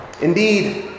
Indeed